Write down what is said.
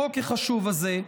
החוק החשוב הזה,